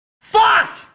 fuck